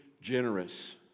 generous